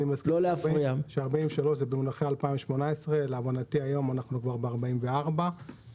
אני מזכיר ש-43 שקלים לשעה זה במונחי 2018. להבנתי היום אנחנו כבר ב-44 שקלים לשעה.